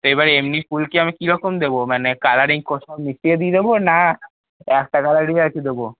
এবার এমনি ফুল কি আমি কীরকম দেব কালারিং সব মিশিয়ে দিয়ে দেব না একটা কালারেরই একই দেব